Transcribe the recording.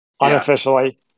Unofficially